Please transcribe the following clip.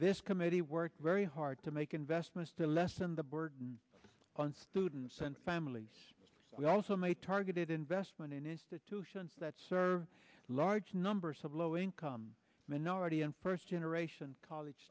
this committee worked very hard to make investments to lessen the burden on students and families we also made targeted investment in institutions that serve large numbers of low income minority and first generation college